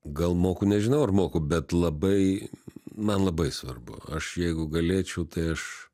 gal moku nežinau ar moku bet labai man labai svarbu aš jeigu galėčiau tai aš